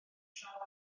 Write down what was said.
llawn